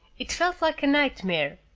it felt like a nightmare.